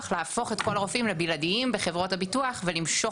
להפוך את כל הרופאים לבלעדיים בחברות הביטוח ולמשוך